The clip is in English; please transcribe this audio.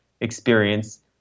experience